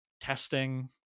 testing